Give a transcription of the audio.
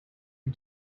who